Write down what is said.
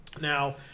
Now